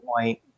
point